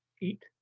eat